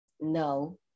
no